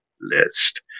list